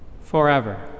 forever